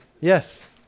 Yes